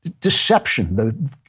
deception